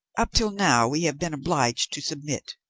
up till now we have been obliged to submit.